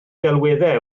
delweddau